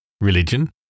Religion